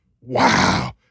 wow